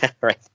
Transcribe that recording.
right